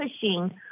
pushing